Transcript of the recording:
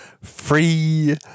free